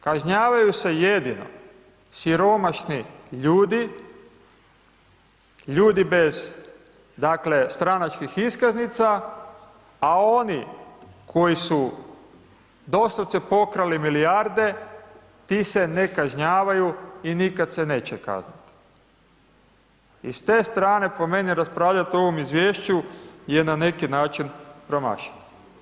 Kažnjavaju se jedino siromašni ljudi, ljudi bez stranačkih iskaznica a oni koji su doslovce pokrali milijarde ti se ne kažnjavaju i nikada se neće kazniti i s te strane, po meni raspravljati o ovom izvješću je na neki način promašeno.